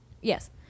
Yes